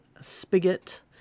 spigot